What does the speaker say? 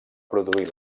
produir